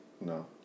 No